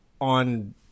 on